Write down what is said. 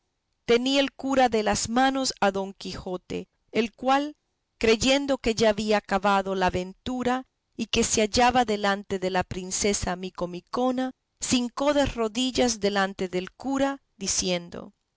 tenía el cura de las manos a don quijote el cual creyendo que ya había acabado la aventura y que se hallaba delante de la princesa micomicona se hincó de rodillas delante del cura diciendo